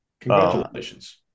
Congratulations